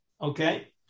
okay